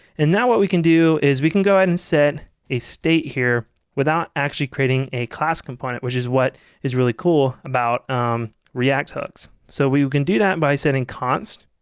and now what we can do is we can go ahead and set a state here without actually creating a class component, which is what is really cool about react hooks. so we we can do that by setting const